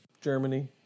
Germany